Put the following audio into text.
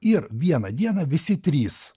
ir vieną dieną visi trys